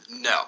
No